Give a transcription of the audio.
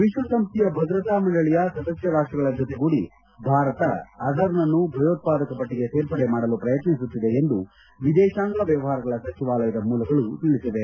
ವಿಶ್ವಸಂಸ್ಟೆಯ ಭದ್ರತಾ ಮಂಡಳಿಯ ಸದಸ್ತ ರಾಷ್ಷಗಳ ಜೊತೆಗೂಡಿ ಭಾರತ ಅಜರ್ನನ್ನು ಭಯೋತ್ಪಾದಕ ಪಟ್ಟಗೆ ಸೇರ್ಪಡೆ ಮಾಡಲು ಪ್ರಯತ್ನಿಸುತ್ತಿದೆ ಎಂದು ವಿದೇಶಾಂಗ ವ್ಲವಹಾರಗಳ ಸಚಿವಾಲಯದ ಮೂಲಗಳು ತಿಳಿಬವೆ